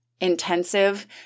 intensive